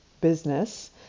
business